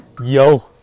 yo